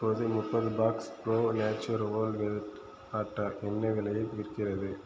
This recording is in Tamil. இப்போது முப்பது packs Pro Nature whole wheat atta என்ன விலையில் விற்கிறது